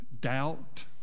doubt